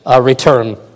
return